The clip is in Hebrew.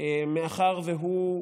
מאחר שהוא,